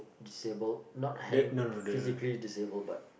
disabled not hand physically disabled but